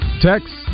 Text